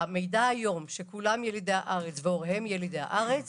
המידע היום כשכולם ילידי הארץ והוריהם ילידי הארץ